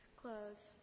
clothes